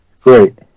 Great